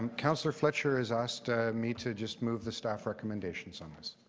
um councillor fletcher has asked ah me to just move the staff recommendations on this.